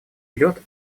идет